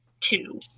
two